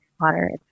water